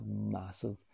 massive